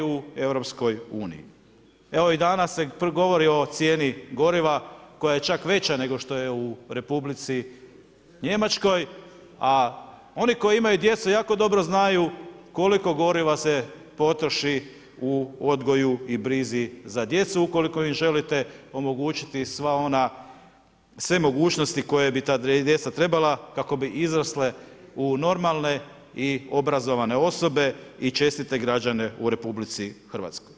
Danas se govori o cijeni goriva koja je čak veća nego što je u Republici Njemačkoj, a oni koji imaju djecu jako dobro znaju koliko goriva se potroši u odgoju i brizi za djecu ukoliko im želite omogućiti sve mogućnosti koje bi ta djeca trebala kako bi izrasle u normalne i obrazovane osobe i čestite građane u RH.